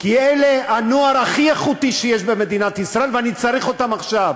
כי אלה הנוער הכי איכותי שיש במדינת ישראל ואני צריך אותם עכשיו.